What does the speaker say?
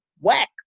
whack